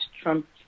Trump